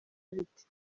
bite